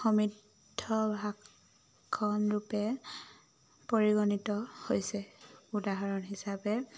সমৃদ্ধ ৰূপে পৰিগণিত হৈছে উদাহৰণ হিচাপে